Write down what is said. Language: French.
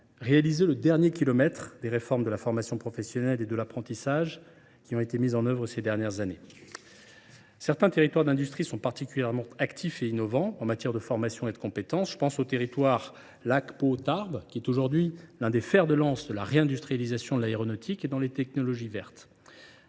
réaliser le dernier kilomètre des réformes de la formation professionnelle et de l’apprentissage mises en œuvre ces dernières années. Certains territoires d’industrie sont particulièrement actifs et innovants en matière de formation et de compétences ; je pense au territoire Lacq Pau Tarbes, qui est aujourd’hui l’un des fers de lance de la réindustrialisation dans l’aéronautique et dans les technologies vertes.